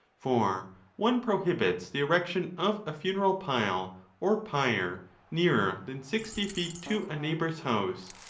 for one prohibits the erection of a funeral pile or pyre nearer than sixty feet to a neighbour's house,